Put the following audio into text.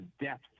depth